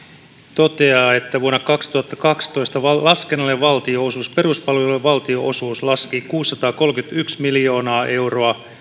toteaa että vuonna kaksituhattakaksitoista laskennallinen valtionosuus peruspalveluiden valtionosuus laski kuusisataakolmekymmentäyksi miljoonaa euroa